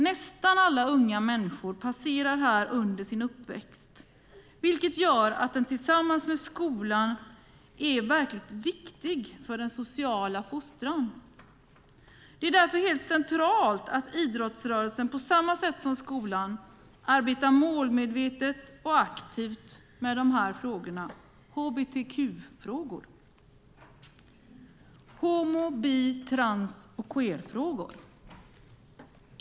Nästan alla unga människor passerar här under sin uppväxt, vilket gör att den tillsammans med skolan är verkligt viktig för den sociala fostran. Det är därför helt centralt att idrottsrörelsen på samma sätt som skolan arbetar målmedvetet och aktivt med hbtq-frågor - homo-, bi-, trans och queerfrågor.